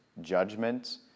judgment